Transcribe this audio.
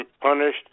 punished